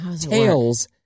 tails